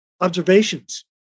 observations